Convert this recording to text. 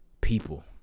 people